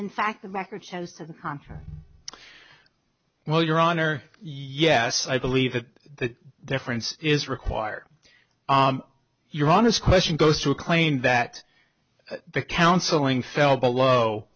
in fact the record shows to the contrary well your honor yes i believe that the difference is required your honest question those who claim that the counseling fell below